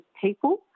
people